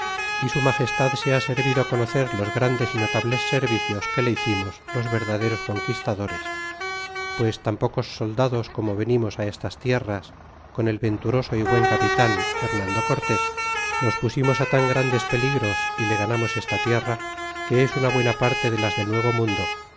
y su magestad sea servido conocer los grandes y notables servicios que le hicimos los verdaderos conquistadores pues tan pocos soldados como venimos estas tierras con el venturoso y buen capitan hernando cortés nos pusimos á tan grandes peligros y le ganamos esta tierra que es una buena parte de las del nuevo mundo